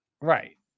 Right